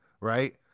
right